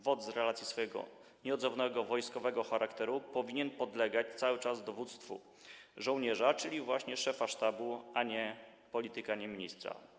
WOT z racji swojego nieodzownego wojskowego charakteru powinien podlegać cały czas dowództwu żołnierza, czyli właśnie szefa sztabu, a nie polityka, nie ministra.